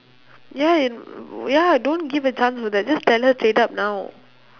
ya and ya don't give a chance for that just tell her straight up now